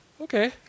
Okay